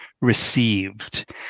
received